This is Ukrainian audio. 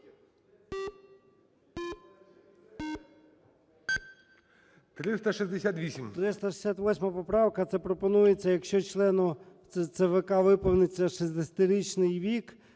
О.М. 368 поправка. Це пропонується, якщо члену ЦВК виповниться 60-річний вік,